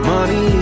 Money